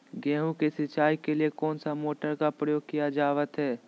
गेहूं के सिंचाई के लिए कौन सा मोटर का प्रयोग किया जावत है?